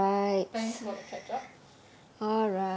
thanks for the catch up